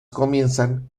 comienzan